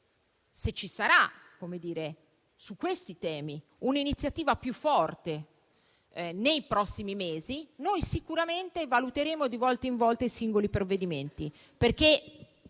se ci sarà su questi temi un'iniziativa più forte nei prossimi mesi, sicuramente valuteremo di volta in volta i singoli provvedimenti,